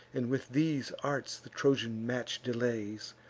and with these arts the trojan match delays.